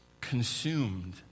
consumed